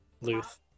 Luth